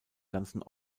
ganzen